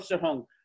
Hong